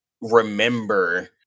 remember